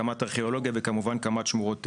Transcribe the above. קמ"ט ארכיאולוגיה וכמובן קמ"ט שמורות טבע.